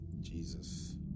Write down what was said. Jesus